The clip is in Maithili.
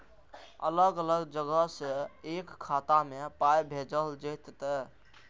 अलग अलग जगह से एक खाता मे पाय भैजल जेततै?